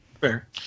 fair